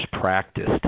practiced